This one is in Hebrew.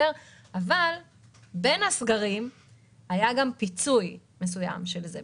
אבל בין הסגרים היה גם פיצוי מסוים על זה.